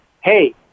hey